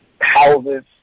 houses